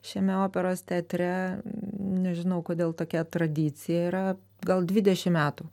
šiame operos teatre nežinau kodėl tokia tradicija yra gal dvidešim metų